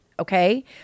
Okay